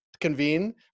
convene